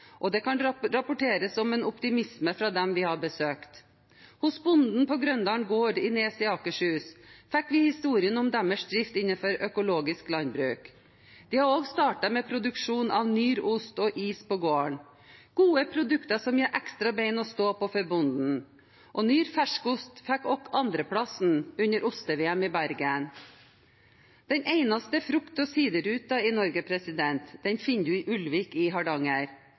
og det kan rapporteres om en optimisme fra dem vi har besøkt. Hos bonden på Grøndalen gård i Nes i Akershus fikk vi historien om deres drift innenfor økologisk landbruk. De har også startet produksjon av Nýr ost og is på gården – gode produkter som gir ekstra bein å stå på for bonden. Nýr ferskost fikk også 2.-plassen under Oste-VM i Bergen. Den eneste frukt- og siderruten i Norge finner vi i Ulvik i Hardanger.